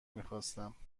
میخواستم